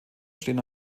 stehen